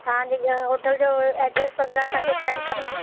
तव्हांजे होटल जो एड्रस वग़ैराह असांखे सेन्ड कंदा